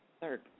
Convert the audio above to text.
Third